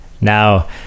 Now